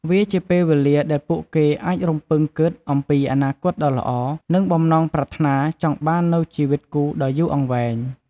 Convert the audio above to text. វាជាពេលវេលាដែលពួកគេអាចរំពឹងគិតអំពីអនាគតដ៏ល្អ និងបំណងប្រាថ្នាចង់បាននូវជីវិតគូដ៏យូរអង្វែង។